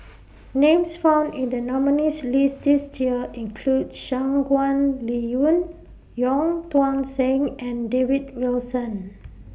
Names found in The nominees' list This Year include Shangguan Liuyun Wong Tuang Seng and David Wilson